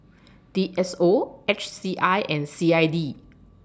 D S O H C I and C I D